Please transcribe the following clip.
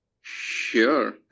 Sure